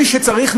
מי שצריך,